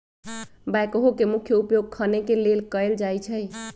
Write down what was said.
backhoe के मुख्य उपयोग खने के लेल कयल जाइ छइ